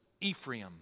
Ephraim